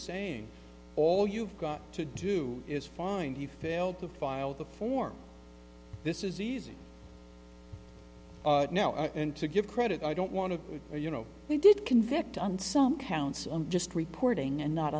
saying all you've got to do is find he failed to file the form this is easy now and to give credit i don't want to say you know we did convict on some counts i'm just reporting and not